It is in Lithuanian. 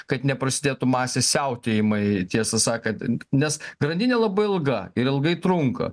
kad neprasidėtų masės siautėjimai tiesą sakant nes grandinė labai ilga ir ilgai trunka